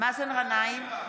מאזן גנאים,